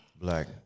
Black